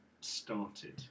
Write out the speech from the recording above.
started